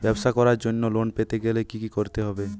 ব্যবসা করার জন্য লোন পেতে গেলে কি কি করতে হবে?